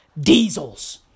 diesels